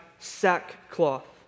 sackcloth